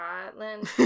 Scotland